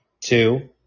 Two